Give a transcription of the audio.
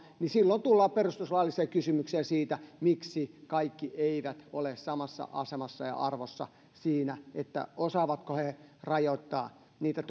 niin silloin tullaan perustuslailliseen kysymykseen siitä miksi kaikki eivät ole samassa asemassa ja arvossa siinä osaavatko he rajoittaa niitä